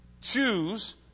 choose